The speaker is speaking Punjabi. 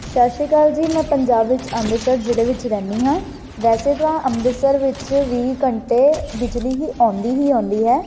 ਸਤਿ ਸ਼੍ਰੀ ਅਕਾਲ ਜੀ ਮੈਂ ਪੰਜਾਬ ਵਿੱਚ ਅੰਮ੍ਰਿਤਸਰ ਜ਼ਿਲ੍ਹੇ ਵਿੱਚ ਰਹਿੰਦੀ ਹਾਂ ਵੈਸੇ ਤਾਂ ਅੰਮ੍ਰਿਤਸਰ ਵਿੱਚ ਵੀਹ ਘੰਟੇ ਬਿਜਲੀ ਹੀ ਆਉਂਦੀ ਹੀ ਆਉਂਦੀ ਹੈ